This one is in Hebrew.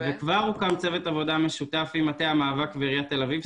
כבר הוקם צוות משותף עם מטה המאבק ועיריית תל אביב,